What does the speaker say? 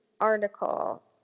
article